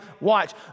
Watch